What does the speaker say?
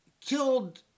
killed